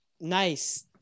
nice